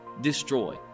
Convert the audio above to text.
destroy